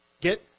get